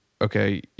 okay